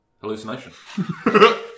hallucination